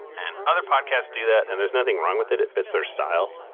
and other podcasts do that and there's nothing wrong with it. it fits their style.